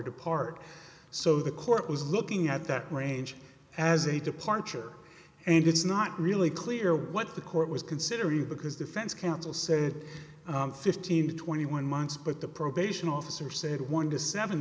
depart so the court was looking at that range as a departure and it's not really clear what the court was considering because defense counsel said fifteen to twenty one months but the probation officer said one to seven